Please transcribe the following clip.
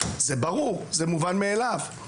זה ברור ומובן מאליו.